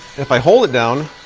if i hold it down,